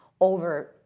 over